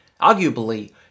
Arguably